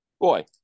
boy